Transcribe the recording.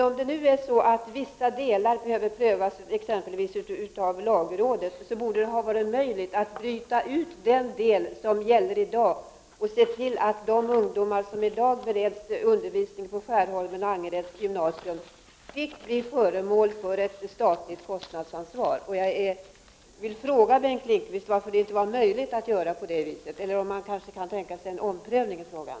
Om det nu är så att vissa delar måste prövas av lagrådet, borde det ha varit möjligt att bryta ut den del som gäller i dag och se till att de ungdomar som i dag bereds undervisning vid Skärholmens och Angereds gymnasier fick bli föremål för ett statligt kostnadsansvar. Jag vill fråga Bengt Lindqvist varför det inte var möjligt att göra på det sättet. Eller kan han tänka sig att göra en omprövning i den frågan?